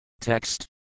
Text